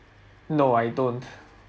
no I don't